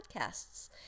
podcasts